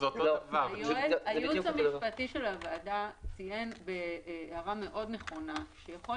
הייעוץ המשפטי של הוועדה ציין בהערה נכונה מאוד שיכול